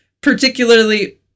particularly